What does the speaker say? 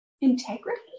integrity